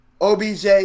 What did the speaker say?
OBJ